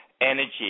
energy